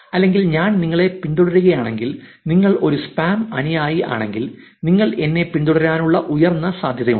അല്ലെങ്കിൽ ഞാൻ നിങ്ങളെ പിന്തുടരുകയാണെങ്കിൽ നിങ്ങൾ ഒരു സ്പാം അനുയായി ആണെങ്കിൽ നിങ്ങൾ എന്നെ പിന്തുടരാനുള്ള ഉയർന്ന സാധ്യതയുണ്ട്